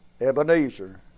Ebenezer